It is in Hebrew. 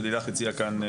את התנגדת בכלל